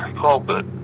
pulpit,